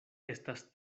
estas